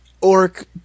orc